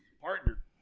Partner